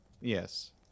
Yes